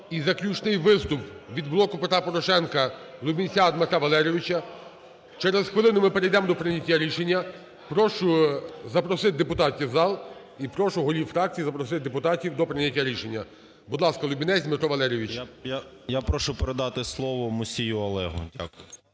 І заключний виступ від "Блоку Петра Порошенка" Лубінця Дмитра Валерійовича. Через хвилину ми перейдемо до прийняття рішення. Прошу запросити депутатів в зала і прошу голів фракцій запросити депутатів до прийняття рішення. Будь ласка, Лубінець Дмитро Валерійович. 11:58:29 ЛУБІНЕЦЬ Д.В. Я прошу передати слово Мусію Олегу.